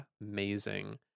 amazing